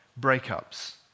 breakups